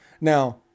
Now